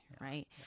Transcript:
right